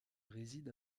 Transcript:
réside